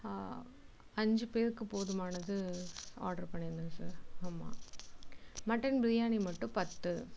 அஞ்சு பேருக்கு போதுமானது ஆர்டர் பண்ணியிருந்தேன் சார் ஆமாம் மட்டன் பிரியாணி மட்டும் பத்து